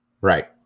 right